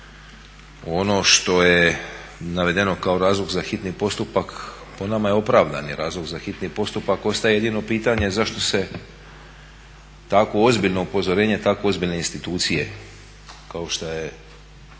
ono što je navedeno kao razlog za hitni postupak po nama je opravdani razlog za hitni postupak, ostaje jedino pitanje zašto se tako ozbiljno upozorenje tako ozbiljne institucije kao što je